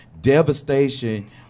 devastation